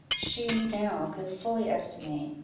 she now could fully estimate,